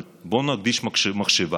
אבל בואו נקדיש מחשבה,